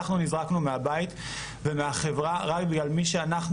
אנחנו נזרקנו מהבית ומהחברה רק בגלל מי שאנחנו.